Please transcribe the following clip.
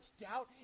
doubt